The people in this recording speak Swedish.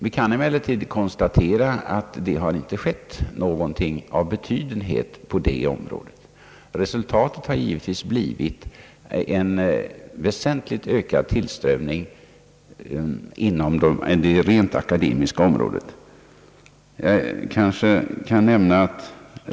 Vi kan emellertid konstatera att det inte skett någonting av betydenhet på det området, och resultatet har givetvis blivit en väsentligt ökad tillströmning till det rent akademiska området.